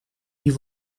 die